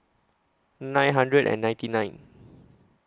nine hundred and ninety nine